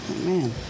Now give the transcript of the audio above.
Man